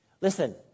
listen